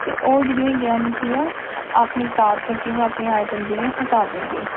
ਅਤੇ ਉਹ ਜਿਹੜੀਆਂ ਹੈਗੀਆਂ ਕੀ ਆ ਆਪਣੀ ਕਾਰਟ ਤੋਂ ਕਿ ਮੈਂ ਆਪਣੀ ਆਈਟਮ ਜਿਹੜੀਆਂ ਹਟਾ ਦਊਂਗੀ